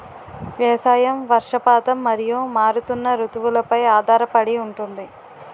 వ్యవసాయం వర్షపాతం మరియు మారుతున్న రుతువులపై ఆధారపడి ఉంటుంది